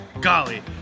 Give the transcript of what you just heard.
Golly